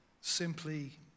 simply